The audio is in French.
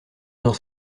dans